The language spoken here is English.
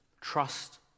Trust